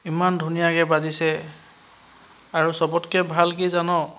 ইমান ধুনীয়াকৈ বাজিছে আৰু চবতকৈ ভাল কি জান